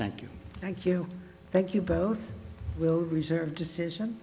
thank you thank you thank you both will reserve decision